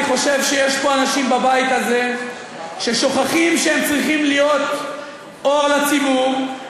חושב שיש פה בבית הזה אנשים ששוכחים שהם צריכים להיות אור לציבור,